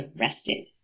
arrested